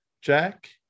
jack